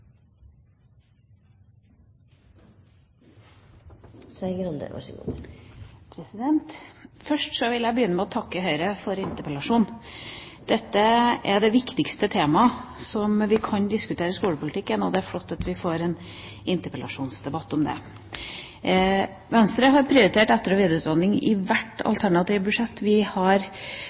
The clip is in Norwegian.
det viktigste temaet som vi kan diskutere i skolepolitikken, og det er flott at vi får en interpellasjonsdebatt om det. Venstre har prioritert etter- og videreutdanning i hvert alternative budsjett vi har